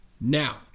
Now